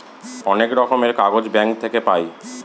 অনেক রকমের কাগজ ব্যাঙ্ক থাকে পাই